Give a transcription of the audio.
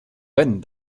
wenn